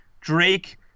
Drake